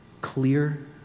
Clear